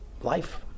life